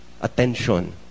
Attention